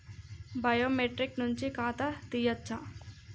Biometric నుంచి ఖాతా తీయచ్చా?